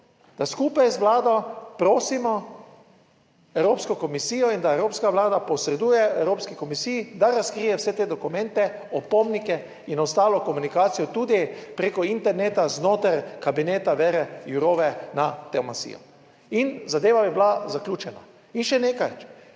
da skupaj z Vlado prosimo Evropsko komisijo in da Evropska vlada posreduje Evropski komisiji, da razkrije vse te dokumente, opomnike in ostalo komunikacijo tudi preko interneta znotraj kabineta Vere Jourove na / nerazumljivo/ in zadeva bi bila zaključena. In še nekaj